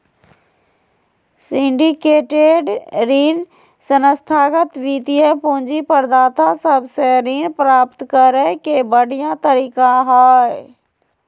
syndicated ऋण संस्थागत वित्तीय पूंजी प्रदाता सब से ऋण प्राप्त करे के बढ़िया तरीका हय